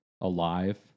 alive